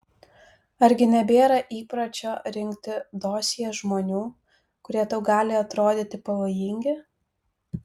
argi nebėra įpročio rinkti dosjė žmonių kurie tau gali atrodyti pavojingi